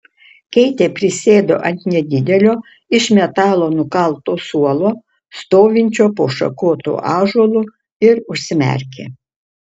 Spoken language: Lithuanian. keitė prisėdo ant nedidelio iš metalo nukalto suolo stovinčio po šakotu ąžuolu ir užsimerkė